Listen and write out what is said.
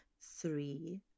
three